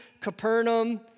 Capernaum